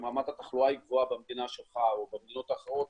אם רמת התחלואה היא גבוהה במדינה שלך או במדינות האחרות,